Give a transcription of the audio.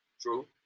True